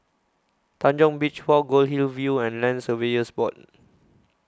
Tanjong Beach Walk Goldhill View and Land Surveyors Board